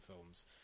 films